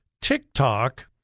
TikTok